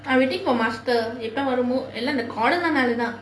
I waiting for master எப்போ வருமோ எல்லாம் அந்த:eppo varumo ellaam antha corona lah thaan:தான்